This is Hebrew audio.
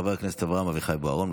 חבר הכנסת אברהם אביחי בוארון,